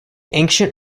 ancient